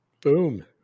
Boom